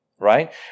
Right